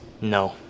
No